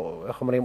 איך אומרים,